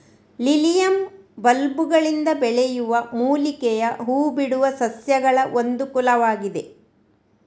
lilium ಬಲ್ಬುಗಳಿಂದ ಬೆಳೆಯುವ ಮೂಲಿಕೆಯ ಹೂ ಬಿಡುವ ಸಸ್ಯಗಳಒಂದು ಕುಲವಾಗಿದೆ